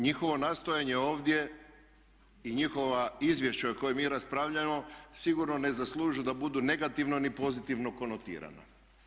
Njihovo nastojanje ovdje i njihovo izvješće o kojem mi raspravljamo sigurno ne zaslužuju da budu negativno ni pozitivno konotirana.